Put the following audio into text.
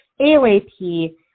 AOAP